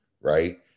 right